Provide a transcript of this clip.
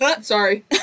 Sorry